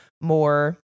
more